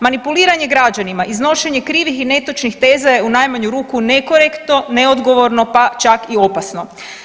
Manipuliranje građanima, iznošenje krivih i netočnih teza je u najmanju ruku nekorektno, neodgovorno, pa čak i opasno.